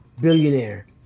billionaire